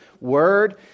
word